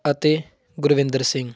ਅਤੇ ਗੁਰਵਿੰਦਰ ਸਿੰਘ